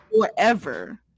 forever